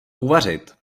uvařit